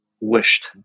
wished